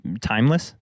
timeless